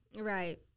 Right